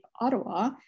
Ottawa